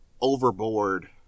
overboard